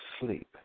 sleep